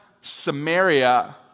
Samaria